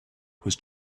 was